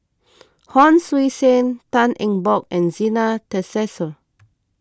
Hon Sui Sen Tan Eng Bock and Zena Tessensohn